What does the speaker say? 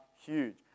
huge